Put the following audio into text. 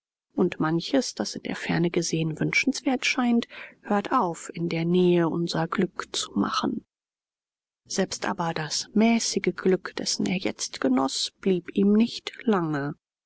und manches das in der ferne gesehen wünschenswert scheint hört auf in der nähe unser glück zu machen selbst aber das mäßige glück dessen er jetzt genoß blieb ihm nicht lange